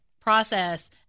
process